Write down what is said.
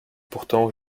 pourtant